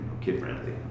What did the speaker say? kid-friendly